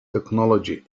technology